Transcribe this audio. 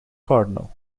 cardinal